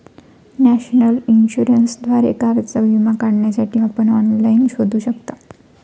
national इन्शुरन्सद्वारे कारचा विमा काढण्यासाठी आपण ऑनलाइन शोधू शकता